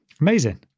Amazing